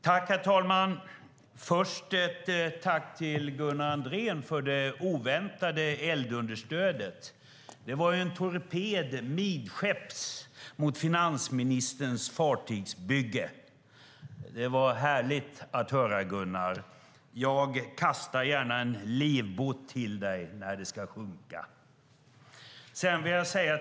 Herr talman! Först vill jag rikta ett tack till Gunnar Andrén för det oväntade eldunderstödet. Det var en torped midskepps mot finansministerns fartygsbygge. Det var härligt att höra, Gunnar. Jag kastar gärna en livbåt till dig när skeppet ska sjunka.